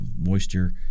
moisture